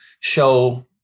show